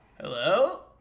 Hello